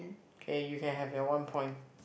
K you can have your one point